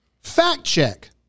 Fact-check